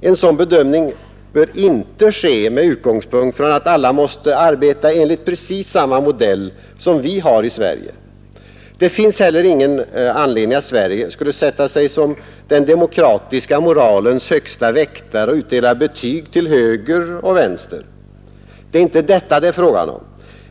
En sådan bedömning bör inte göras med den utgångspunkten att alla måste arbeta efter precis samma modell som vi har i Sverige. Det finns heller ingen orsak att Sverige skulle upphöja sig till den demokratiska moralens högste väktare och utdela betyg till höger och vänster. Det är inte detta det är fråga om.